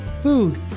food